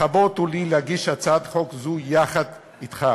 לכבוד הוא לי להגיש הצעת חוק זו יחד אתך.